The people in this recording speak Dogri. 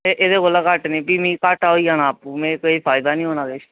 पर एह्दे कौला घट्ट नी फी मिगी घाट्टा होई जाना आपूं में कोई फायदा नी होना किश